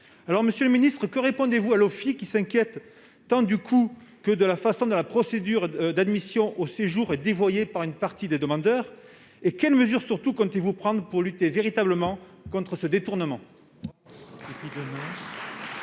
Monsieur le ministre, que répondez-vous à l'OFII, qui s'inquiète tant du coût que de la façon dont la procédure d'admission au séjour est dévoyée par une partie des demandeurs ? Surtout, quelles mesures comptez-vous prendre pour lutter véritablement contre ce détournement ?